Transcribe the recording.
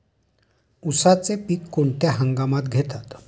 उसाचे पीक कोणत्या हंगामात घेतात?